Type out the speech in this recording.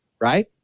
Right